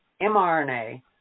mRNA